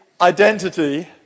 identity